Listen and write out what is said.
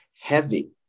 heavy